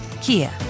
Kia